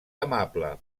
amable